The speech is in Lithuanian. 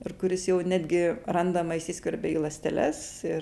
ir kuris jau netgi randama įsiskverbia į ląsteles ir